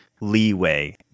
leeway